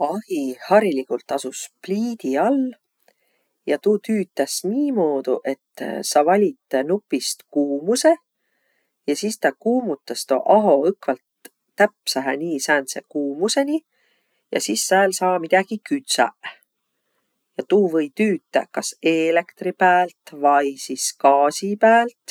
Ahi hariligult asus pliidi all. Ja tuu tüütäs niimuudu, et sa valit nupist kuumusõ ja sis tä kuumutas tuu aho õkvalt täpsähe niisääntse kuumusõniq ja sis sääl saa midägiq kütsäq. Ja tuu või tüütäq kas eelektri päält vai sis gaasi päält.